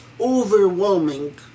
overwhelming